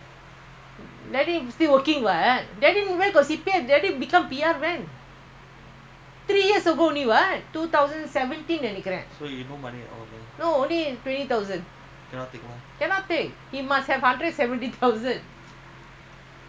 seventeen நெனைக்கிறேன்:nenaikkireen no only twenty thousand cannot take it must have hundred seventy thousand he only can he only take five thousand at the age of fifty five take already five thousand spend lah what else